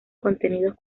contenidos